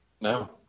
No